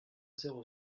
zéro